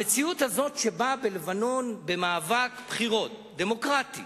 המציאות הזאת שבה, בלבנון, במאבק בחירות דמוקרטי